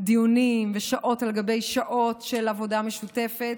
דיונים ושעות על גבי שעות של עבודה משותפת.